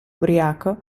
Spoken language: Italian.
ubriaco